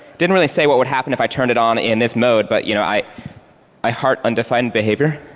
didn't really say what would happen if i turned it on in this mode, but you know i i heart undefined behavior.